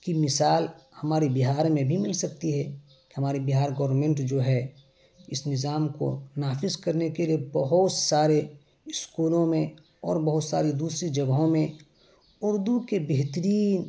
کی مثال ہمارے بہار میں بھی مل سکتی ہے ہمارے بہار گورنمنٹ جو ہے اس نظام کو نافذ کرنے کے لیے بہت سارے اسکولوں میں اور بہت ساری دوسری جگہوں میں اردو کے بہترین